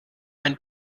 ein